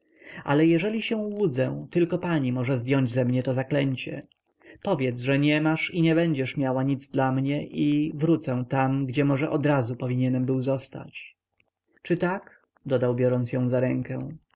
ale jeżeli się łudzę tylko pani może zdjąć ze mnie to zaklęcie powiedz że nie masz i nie będziesz miała nic dla mnie i wrócę tam gdzie może odrazu powinienem był zostać czy tak dodał biorąc ją za rękę